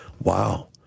wow